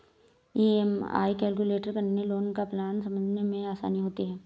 EMI calculate करके loan का plan समझने में आसानी होती है